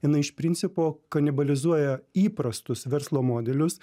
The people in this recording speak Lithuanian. jinai iš principo kanibalizuoja įprastus verslo modelius